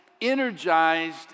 energized